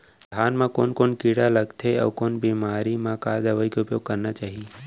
धान म कोन कोन कीड़ा लगथे अऊ कोन बेमारी म का दवई के उपयोग करना चाही?